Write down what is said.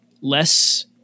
less